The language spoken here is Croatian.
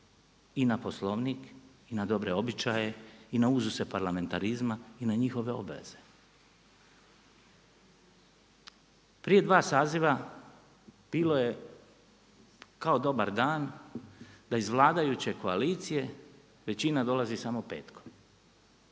i na Poslovnik i na dobre običaje i na uzuse parlamentarizma i na njihove obaveze. Prije dva saziva bilo je kao dobar dan da iz vladajuće koalicije većina dolazi samo petkom.